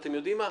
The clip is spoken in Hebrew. ואתם יודעים מה,